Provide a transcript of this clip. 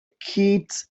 kids